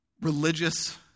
religious